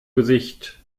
gesicht